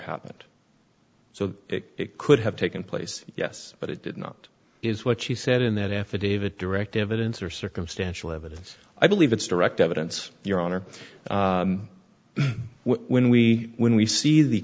happened so it could have taken place yes but it did not is what she said in that affidavit direct evidence or circumstantial evidence i believe it's direct evidence your honor when we when we see the